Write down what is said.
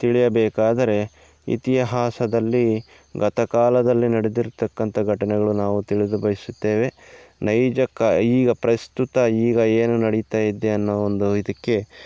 ತಿಳಿಯಬೇಕಾದರೆ ಇತಿಹಾಸದಲ್ಲಿ ಗತಕಾಲದಲ್ಲಿ ನೆಡೆದಿರತಕ್ಕಂಥ ಘಟನೆಗಳು ನಾವು ತಿಳಿದುಬಯಸುತ್ತೇವೆ ನೈಜ ಕ ಈಗ ಪ್ರಸ್ತುತ ಈಗ ಏನು ನೆಡೀತಾ ಇದೆ ಅನ್ನೋ ಒಂದು ಇದಕ್ಕೆ